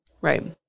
right